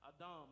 Adam